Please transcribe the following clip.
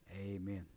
Amen